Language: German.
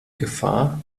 gefahr